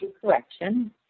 correction